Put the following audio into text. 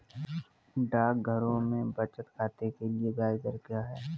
डाकघरों में बचत खाते के लिए ब्याज दर क्या है?